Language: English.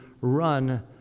run